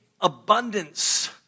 abundance